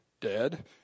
dead